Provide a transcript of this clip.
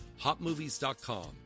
Hotmovies.com